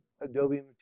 Adobe